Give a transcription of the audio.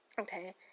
okay